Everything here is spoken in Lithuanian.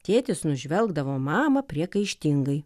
tėtis nužvelgdavo mamą priekaištingai